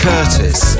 Curtis